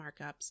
markups